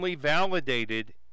validated